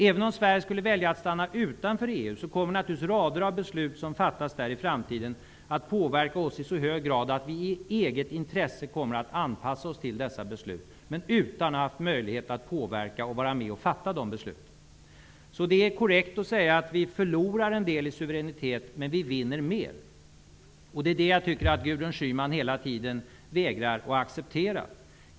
Även om vi väljer att stanna utanför EU kommer naturligtvis rader av beslut som fattas där i framtiden att påverka oss i så hög grad att vi i eget intresse kommer att anpassa oss till dessa beslut men då utan att ha haft möjlighet att påverka och vara med och fatta besluten. Det är därför korrekt att säga att vi förlorar en del i suveränitet men att vi vinner mer. Men det vägrar Gudrun Schyman hela tiden att acceptera.